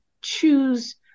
choose